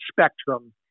spectrum